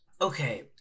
Okay